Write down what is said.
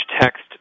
text